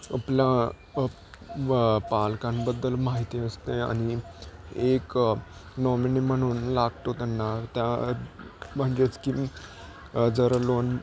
आपला प पालकांबद्दल माहिती असते आणि एक नॉमिनी म्हणून लागतो त्यांना त्या म्हणजेच की जर लोन